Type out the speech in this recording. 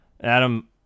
Adam